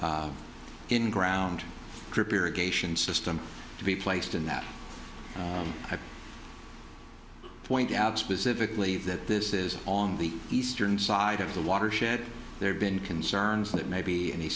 in ground trip irrigation system to be placed in that point out specifically that this is on the eastern side of the watershed there have been concerns that maybe any